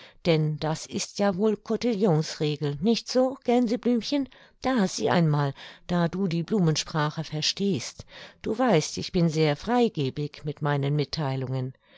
denn das ist ja wohl cotillonsregel nicht so gänseblümchen da sieh einmal da du die blumensprache verstehst du weißt ich bin sehr freigebig mit meinen mittheilungen